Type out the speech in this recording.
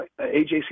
AJC